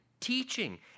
teaching